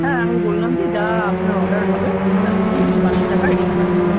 হ্যাঁ আমি বললাম যে যা আপনার অর্ডার হবে তার থেকে পাঁচশো টাকা এক্সট্রা লাগবে